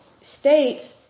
States